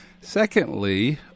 Secondly